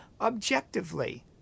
objectively